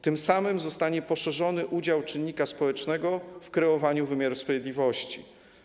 Tym samym zostanie poszerzony udział czynnika społecznego w kreowaniu wymiaru sprawiedliwości.